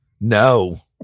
No